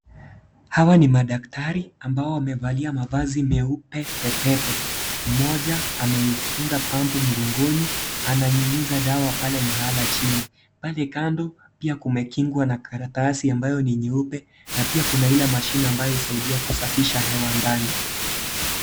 Hawa ni madaktari ambao wamevalia mavazi meupe pepepe. Mmoja, amefunga pampu mgongoni, ananyunyiza dawa pale mahala chili. Pale kando, pia kumekingwa na karatasi ambayo ni nyeupe, na pia kuna ile mashine ambayo husaidia kusafisha hewa ndani.